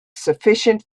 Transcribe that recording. sufficient